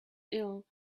ill